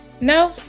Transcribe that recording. No